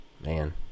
man